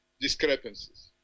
discrepancies